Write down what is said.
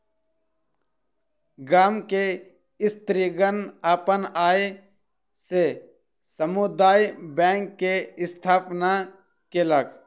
गाम के स्त्रीगण अपन आय से समुदाय बैंक के स्थापना केलक